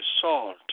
salt